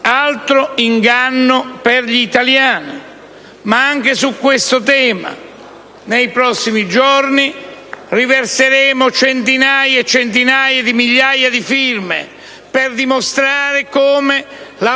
altro inganno per gli italiani, ma anche su questo tema nei prossimi giorni riverseremo centinaia di migliaia di firme, per dimostrare come la